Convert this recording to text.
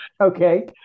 Okay